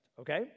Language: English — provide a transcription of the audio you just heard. okay